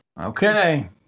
Okay